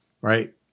Right